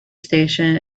station